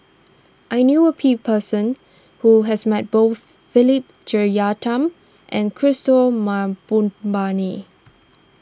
I knew a people person who has met both Philip Jeyaretnam and Kishore Mahbubani